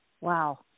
Wow